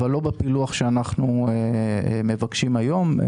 אבל לא בפילוח שאנחנו מבקשים היום.